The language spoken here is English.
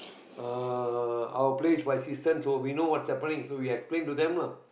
uh our place for assistance so we know what's happening so we explain to them lah